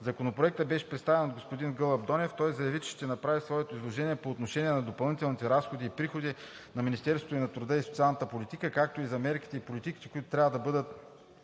Законопроектът беше представен от господин Гълъб Донев. Той заяви, че ще направи своето изложение по отношение на допълнителните разходи и приходи на Министерството на труда и социалната политика, както и за мерките и политиките, които трябва да бъдат